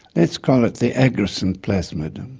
let's call it the agrocin plasmid.